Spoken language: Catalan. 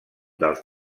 dels